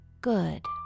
Good